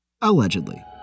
Allegedly